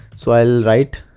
so i'll write,